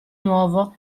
nuovo